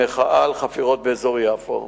במחאה על חפירות באזור יפו.